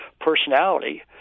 personality